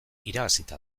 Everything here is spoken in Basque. irabazita